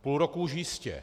Půl roku už jistě.